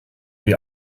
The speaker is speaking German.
die